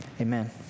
amen